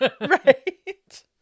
right